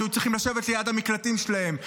שהיו צריכים לשבת ליד המקלטים שלהם,